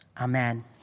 Amen